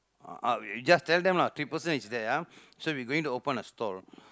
ah ah just tell them lah three person is there ah so we going to open a stall